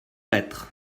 lettres